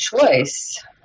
choice